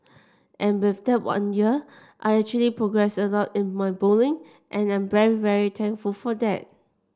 and with that one year I actually progressed a lot in my bowling and I'm very very thankful for that